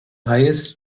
highest